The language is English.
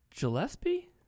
Gillespie